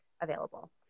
available